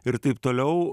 ir taip toliau